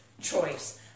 choice